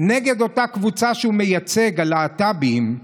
נגד אותה קבוצה שהוא מייצג, הלהט"בים,